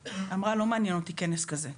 אמרה, לא מעניין אותי כנס כזה.